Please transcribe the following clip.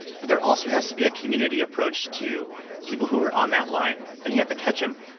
but there also has to be a community approach to people who are on that line. and you have to catch them.